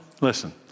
listen